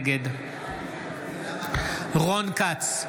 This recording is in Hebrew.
נגד רון כץ,